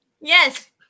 Yes